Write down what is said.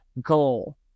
goal